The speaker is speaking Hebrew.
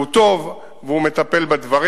שהוא טוב והוא מטפל בדברים.